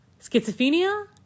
schizophrenia